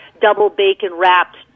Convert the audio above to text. double-bacon-wrapped